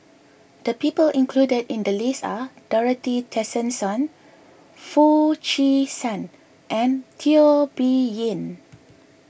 the people included in the list are Dorothy Tessensohn Foo Chee San and Teo Bee Yen